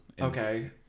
Okay